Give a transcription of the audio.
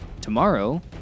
tomorrow